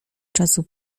czasu